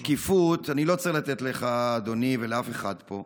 שקיפות, אני לא צריך לתת לך, אדוני, ולאף אחד פה,